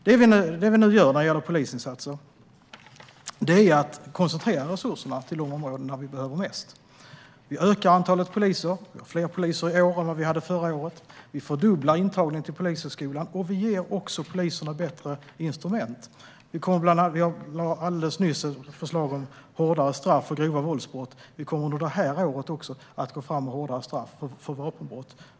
Det vi nu gör när det gäller polisinsatser är att vi koncentrerar resurserna till de områden där vi behöver det mest. Vi ökar antalet poliser. Vi har fler poliser i år än vad vi hade förra året. Vi fördubblar intagningen till Polishögskolan. Vi ger också poliserna bättre instrument. Vi lade alldeles nyss fram förslag om hårdare straff för grova våldsbrott. Vi kommer under det här året att gå fram med hårdare straff för vapenbrott.